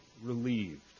relieved